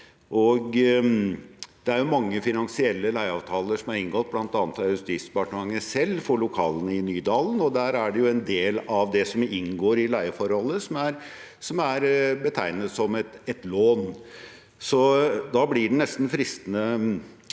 det er mange finansielle leieavtaler som er inngått, bl.a. av Justis- og beredskapsdepartementet selv, for lokalene i Nydalen. Der er det en del av det som inngår i leieforholdet, som er betegnet som et lån. Da blir det nesten fristende